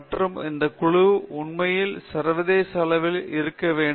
மற்றும் அந்த குழு உண்மையில் சர்வதேச அளவில் இருக்க வேண்டும்